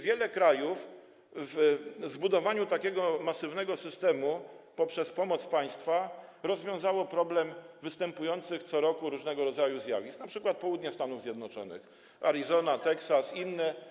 Wiele krajów poprzez zbudowanie takiego masywnego systemu wykorzystującego pomoc państwa rozwiązało problem występujących co roku różnego rodzaju zjawisk, np. na południu Stanów Zjednoczonych Arizona, Teksas i inne.